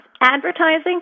advertising